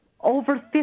over